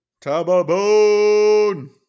Tababone